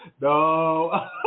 No